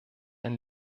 ein